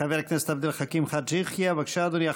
חבר הכנסת עבד אל חכים חאג' יחיא, בבקשה, אדוני.